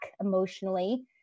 emotionally